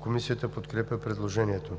Комисията подкрепя предложението.